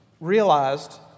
realized